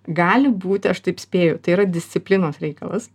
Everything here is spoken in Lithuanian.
gali būti aš taip spėju tai yra disciplinos reikalas